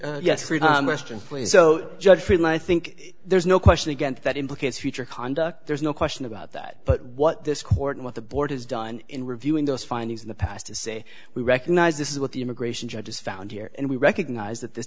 so judge friedman i think there's no question again that implicates future conduct there's no question about that but what this court and what the board has done in reviewing those findings in the past to say we recognize this is what the immigration judge is found here and we recognize that th